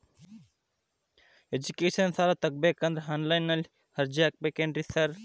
Education ಸಾಲ ತಗಬೇಕಂದ್ರೆ online ನಲ್ಲಿ ಅರ್ಜಿ ಹಾಕ್ಬೇಕೇನ್ರಿ ಸಾರ್?